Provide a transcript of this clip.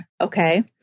okay